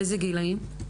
לאיזה גילאים?